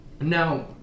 Now